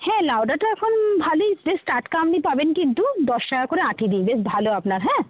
হ্যাঁ লাউ ডাঁটা এখন ভালোই বেশ টাটকা আপনি পাবেন কিন্তু দশ টাকা করে আঁটি দিই বেশ ভালো আপনার হ্যাঁ